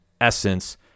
essence